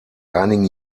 einigen